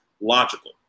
logical